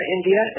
India